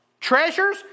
Treasures